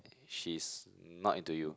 she's not into you